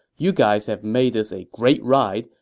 you guys have made this a great ride,